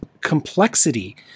complexity